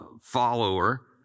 follower